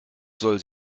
soll